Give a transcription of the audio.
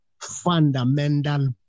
fundamental